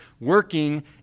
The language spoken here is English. Working